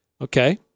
Okay